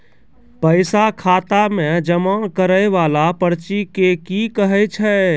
पैसा खाता मे जमा करैय वाला पर्ची के की कहेय छै?